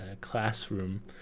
classroom